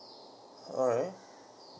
okay